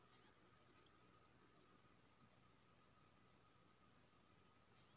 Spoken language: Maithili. बचत केर आदत लोक केँ पाइ कौड़ी में आत्मनिर्भर बनाबै छै